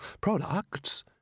products